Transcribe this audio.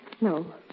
No